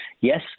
yes